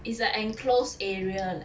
it's a enclosed area